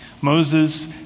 Moses